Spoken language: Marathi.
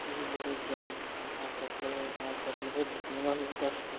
तसेच बरेच जण आपापला वेळा आपापल्या पद्धतीने घालवत असतात